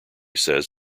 says